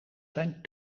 zijn